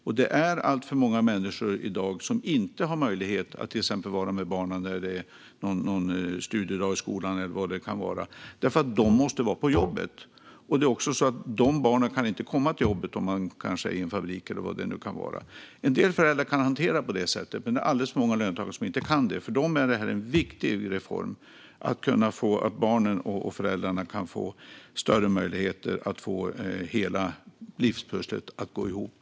Det är i dag alltför många föräldrar som inte har möjlighet att vara med barnen när det är till exempel studiedag i skolan eller vad det nu kan vara. De måste nämligen vara på jobbet, och barnen kan inte vara med på jobbet om man arbetar i exempelvis en fabrik. En del kan hantera det genom att barnen kommer med till jobbet. Men alldeles för många löntagare kan inte göra det. För de barnen och föräldrarna är det här en viktig reform, för att få större möjlighet att få hela livspusslet att gå ihop.